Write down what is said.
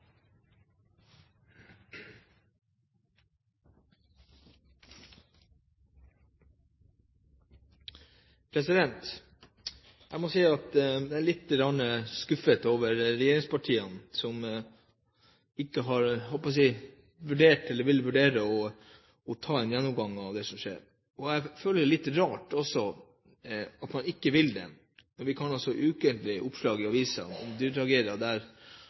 dag. Jeg må si at jeg er lite grann skuffet over regjeringspartiene, som ikke har vurdert eller vil vurdere å ta en gjennomgang av det som skjer. Jeg føler også det er litt rart at man ikke vil det når man ukentlig har oppslag i